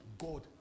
God